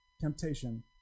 Temptation